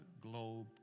Globe